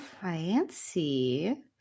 fancy